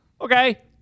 Okay